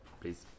please